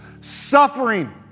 Suffering